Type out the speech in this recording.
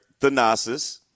Thanasis